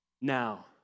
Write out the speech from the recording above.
now